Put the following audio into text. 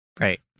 Right